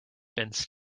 have